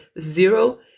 zero